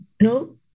No